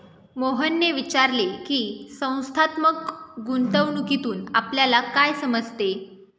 मोहनने विचारले की, संस्थात्मक गुंतवणूकीतून आपल्याला काय समजते?